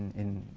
in